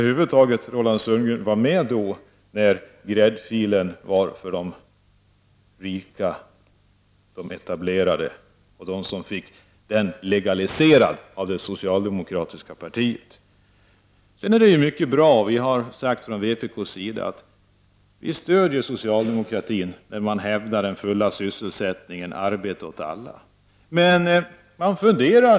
Jag undrar om Roland Sundgren över huvud taget var med när det rika och etablerade fick ”gräddfilen” legaliserad av det socialdemokratiska partiet. Vi i vpk har sagt att vi stöder socialdemokraterna när de hävdar den fulla sysselsättningen och rätt till arbete åt alla.